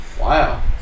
wow